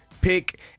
pick